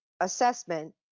assessment